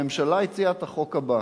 הממשלה הציעה את החוק הבא.